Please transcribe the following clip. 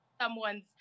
someone's